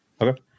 Okay